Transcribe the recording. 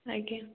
ଆଜ୍ଞା